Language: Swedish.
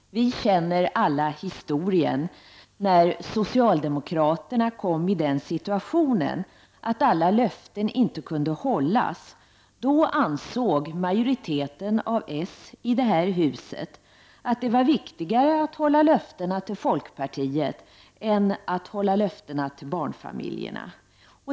Vi känner alla historien, när socialdemokraterna kom i den situationen att alla löften inte kunde hållas. Då ansåg majoriteten av socialdemokraterna i det här huset att det var viktigare att hålla löftena till folkpartiet än att hålla löftena till barnfamiljerna.